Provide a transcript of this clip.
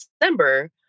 December